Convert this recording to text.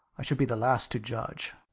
i should be the last to judge.